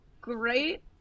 great